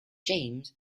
james